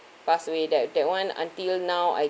passed away that that one until now I